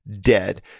dead